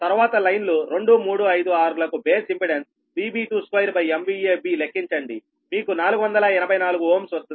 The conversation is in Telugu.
తరవాత లైన్లు 2 3 5 6 లకు బేస్ ఇంపెడెన్స్ VB22B లెక్కించండి మీకు 484 Ω వస్తుంది